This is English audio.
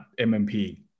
MMP